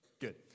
Good